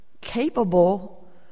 capable